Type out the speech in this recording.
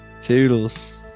Toodles